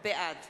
בעד